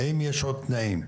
האם יש עוד תנאים?